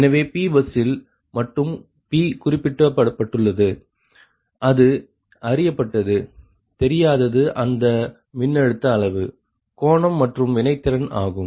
எனவே Pபஸ்ஸில் மட்டும் Pகுறிப்பிடப்பட்டுள்ளது அது அறியப்பட்டதுதெரியாதது அந்த மின்னழுத்த அளவு கோணம் மற்றும் வினைத்திறன் ஆகும்